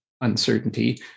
uncertainty